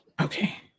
okay